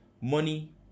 money